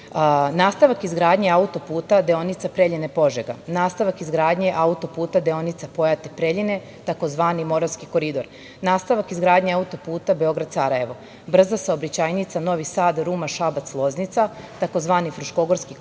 Nastavak izgradnje autoputa deonice Preljine-Požega, nastavak izgradnje autoputa deonica Pojate-Preljine tzv. Moravski koridor, nastavak izgradnje autoputa Beograd-Sarajevo, brza saobraćajnica Novi Sad-Ruma-Šabac-Loznica tzv. Fruškogorski koridor